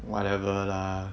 whatever lah